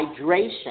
hydration